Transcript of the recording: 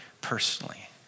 personally